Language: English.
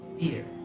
Fear